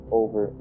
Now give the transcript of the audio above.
over